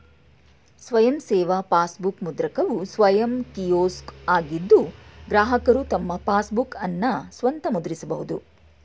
ಸ್ವಯಂ ಸೇವಾ ಪಾಸ್ಬುಕ್ ಮುದ್ರಕವು ಸ್ವಯಂ ಕಿಯೋಸ್ಕ್ ಆಗಿದ್ದು ಗ್ರಾಹಕರು ತಮ್ಮ ಪಾಸ್ಬುಕ್ಅನ್ನ ಸ್ವಂತ ಮುದ್ರಿಸಬಹುದು